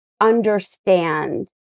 understand